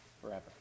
forever